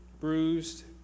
bruised